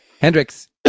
Hendrix